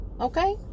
okay